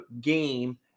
game